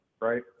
right